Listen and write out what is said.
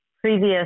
previous